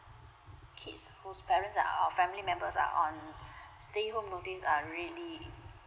kids whose parents are or family members are on stay home notice are really